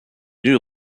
new